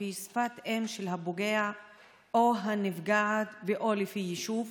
לפי שפת אם של הפוגע או הנפגעת או לפי יישוב?